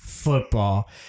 football